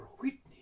Whitney